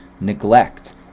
neglect